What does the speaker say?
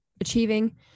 achieving